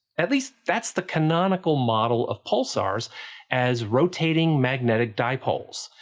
at least, that's the canonical model of pulsars as rotating magnetic dipoles.